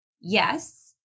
yes